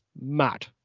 mad